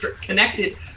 connected